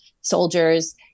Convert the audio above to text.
soldiers